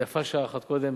יפה שעה אחת קודם.